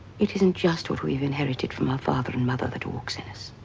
it isn't just what we've inherited from our father and mother that walks in us,